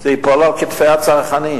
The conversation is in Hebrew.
זה ייפול על כתפי הצרכנים.